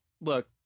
look